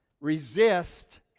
resist